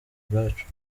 ubwacu